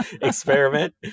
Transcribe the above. experiment